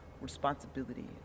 responsibility